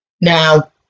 Now